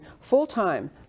full-time